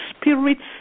spirits